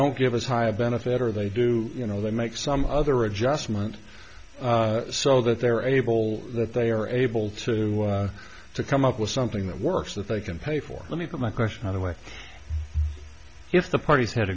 don't give us higher benefit or they do you know they make some other adjustment so that they're able that they are able to to come up with something that works that they can pay for let me put my question either way if the parties had